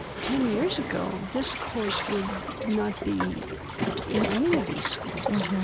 ten years ago this course would not be in any of these schools.